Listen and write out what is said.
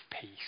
peace